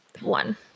one